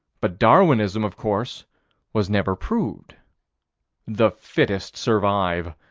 but darwinism of course was never proved the fittest survive.